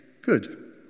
good